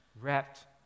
wrapped